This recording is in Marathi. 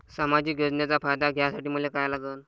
सामाजिक योजनेचा फायदा घ्यासाठी मले काय लागन?